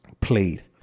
played